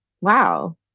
wow